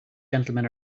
gentlemen